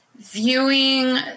Viewing